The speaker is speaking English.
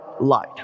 lied